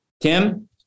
Tim